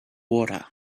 water